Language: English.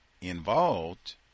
involved